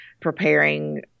preparing